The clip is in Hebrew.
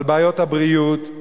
על בעיות הבריאות.